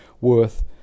worth